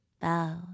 bow